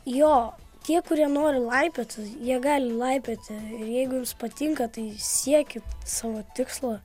jo tie kurie nori laipiot jie gali laipioti jeigu jums patinka tai siekit savo tikslo